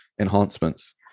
enhancements